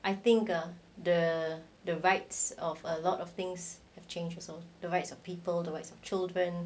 I think the the rights of a lot of things have change also the rights of people towards children